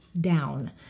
down